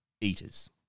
eaters